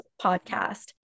podcast